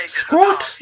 squat